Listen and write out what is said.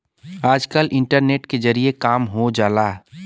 आजकल इन्टरनेट के जरिए काम हो जाला